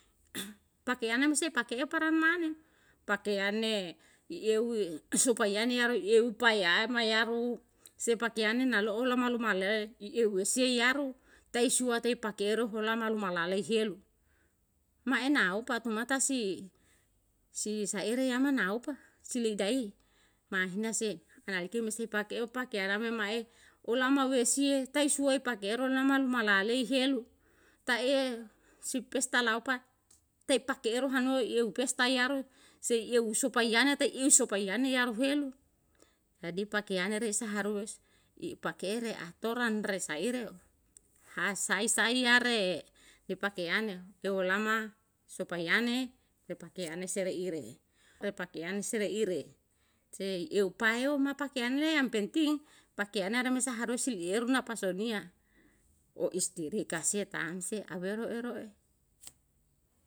pakean na mose pake eu paran mane pakean e i eu sopa iane yaro i eu pae ya ma yaru se pakean ne na lo'o lo ma lu ma le i eu wesia yaru tae sua tae pake ero hulama luma lalei helu ma ena o patma tasi si saere yama na opa sili dai ma akhirnya se ana leke mese pake eu pake yalama ma'e olama we sie tae suae pake ero lama luma la'a lei helu tae si pesta lau pa te pake eru hanue i eu pesta yaru sei ieu sopa iana te iu sopa iane yaru huelu jadi pakean re isa harus i pakere atoran re saere o ha sai sai yare e pakeane eu lama sopa yane re pakeane sere ire re pakeane sere ire se eu pae eu ma pakean le yang penting pakeane eremesa harus i eru na pasonia o istirika se taam se awero ero e